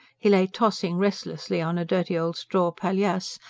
he lay tossing restlessly on a dirty old straw palliasse,